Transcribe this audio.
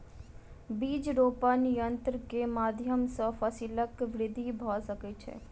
बीज रोपण यन्त्र के माध्यम सॅ फसीलक वृद्धि भ सकै छै